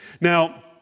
Now